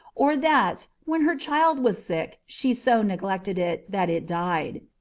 or that, when her child was sick she so neglected it, that it died.